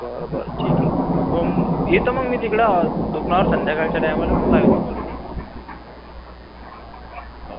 बरं बरं ठीक आहे येतो मग मी तिकडं दुकानावर संध्याकाळच्या टायमाला मग लावेन तुम्हाला फोन हो